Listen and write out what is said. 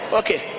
okay